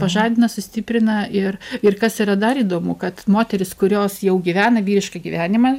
pažadina sustiprina ir ir kas yra dar įdomu kad moterys kurios jau gyvena vyrišką gyvenimą